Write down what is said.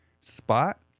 Spot